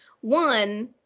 One